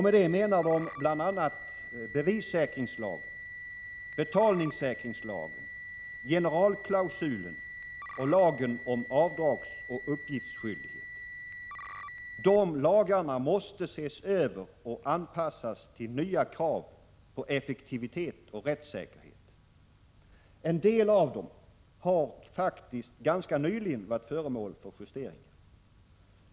Med detta menar de bl.a. bevissäkringslagen, betalningssäkringslagen, generalklausulen samt lagen om avdragsoch uppgiftsskyldighet. De lagarna måste ses över och anpassas till nya krav på effektivitet och rättssäkerhet. En del av dem har faktiskt ganska nyligen varit föremål för justeringar.